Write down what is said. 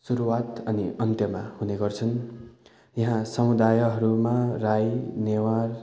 सुरुवात अनि अन्त्यमा हुने गर्छन् यहाँ समुदायहरूमा राई नेवार